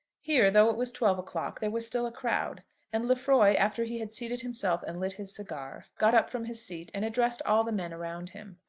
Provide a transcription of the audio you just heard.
here, though it was twelve o'clock, there was still a crowd and lefroy, after he had seated himself and lit his cigar, got up from his seat and addressed all the men around him.